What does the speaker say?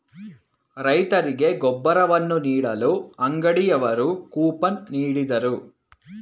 ರೈತರಿಗೆ ಗೊಬ್ಬರವನ್ನು ನೀಡಲು ಅಂಗಡಿಯವರು ಕೂಪನ್ ನೀಡಿದರು